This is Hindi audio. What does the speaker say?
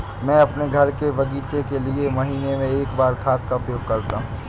मैं अपने घर के बगीचे के लिए महीने में एक बार खाद का उपयोग करता हूँ